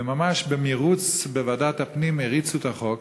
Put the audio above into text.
וממש במירוץ, בוועדת הפנים הריצו את החוק,